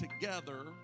together